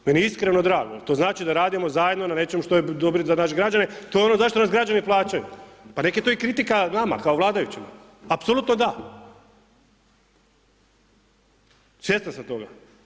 Meni je iskreno drago jer to znači da radimo zajedno na nečemu što je dobro za naše građane, to je ono za što nas građani plaćaju pa neka je to i kritika nama, kao vladajućima, apsolutno da, svjestan sam toga.